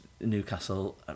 Newcastle